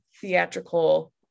theatrical